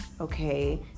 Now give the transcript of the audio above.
okay